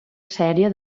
sèrie